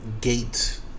gate